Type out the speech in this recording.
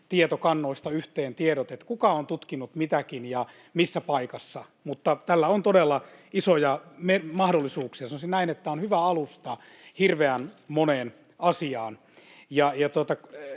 tietokannoista yhteen tiedot, kuka on tutkinut mitäkin ja missä paikassa — mutta tällä on todella isoja mahdollisuuksia. Sanoisin, että tämä on hyvä alusta hirveän moneen asiaan.